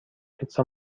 پیتزا